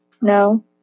No